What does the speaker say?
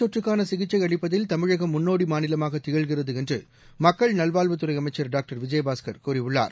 தொற்றுக்கானசிகிச்சைஅளிப்பதில் தமிழகம் முன்னோடிமாநிலமாகத் இந்தநோய் திகழ்கிறதுஎன்றுமக்கள்நல்வாழ்வுத்துறைஅமைச்சர் டாக்டர் விஜயபாஸ்கர் கூறியுள்ளார்